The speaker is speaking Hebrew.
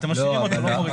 אתם משאירים עוד הרבה דברים.